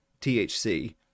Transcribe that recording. THC